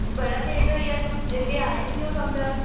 अज्ज बड़ा लेट होई आ जेह्का तुस आए नीं ओह् कम्मै पर